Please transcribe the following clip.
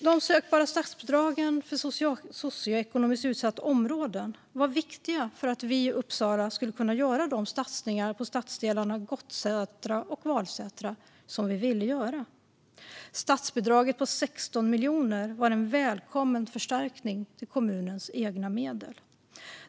De sökbara statsbidragen för socioekonomiskt utsatta områden var viktiga för att vi i Uppsala skulle kunna göra de satsningar på stadsdelarna Gottsunda och Valsätra som vi ville göra. Statsbidraget på 16 miljoner kronor var en välkommen förstärkning till kommunens egna medel.